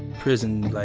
prison like